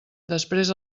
després